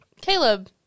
Caleb